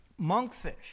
monkfish